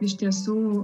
iš tiesų